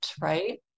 right